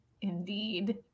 Indeed